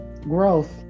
Growth